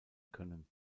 können